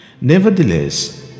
Nevertheless